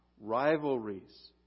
Rivalries